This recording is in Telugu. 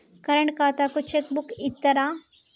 కరెంట్ ఖాతాకు చెక్ బుక్కు ఇత్తరా?